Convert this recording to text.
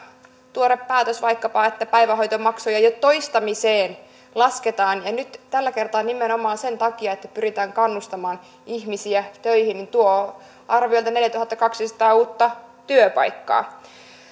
tuore päätös että päivähoitomaksuja jo toistamiseen lasketaan ja nyt tällä kertaa nimenomaan sen takia että pyritään kannustamaan ihmisiä töihin tuo arviolta neljätuhattakaksisataa uutta työpaikkaa